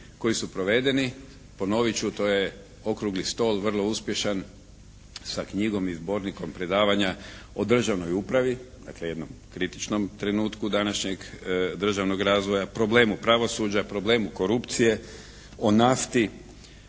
koji su provedeni. Ponovit ću, to je Okrugli stol vrlo uspješan sa knjigom i zbornikom predavanja o državnoj upravi, dakle jednom kritičnom trenutku današnjeg državnog razvoja, problemu pravosuđa, problemu korupcije, o nafti,